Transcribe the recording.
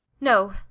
no